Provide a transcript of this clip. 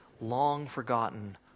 long-forgotten